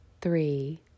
three